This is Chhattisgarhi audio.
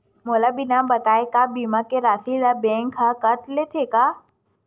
मोला बिना बताय का बीमा के राशि ला बैंक हा कत लेते का?